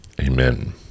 amen